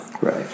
Right